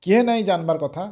କିହେ ନାଇଁ ଜାନ୍ବାର୍ କଥା